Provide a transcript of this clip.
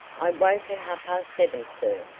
i woke at half-past seven, sir,